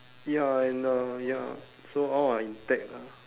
ya in a ya so all are intact lah